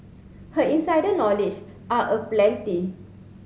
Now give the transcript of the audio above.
her insider knowledge are aplenty